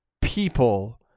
people